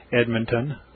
Edmonton